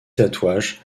tatouage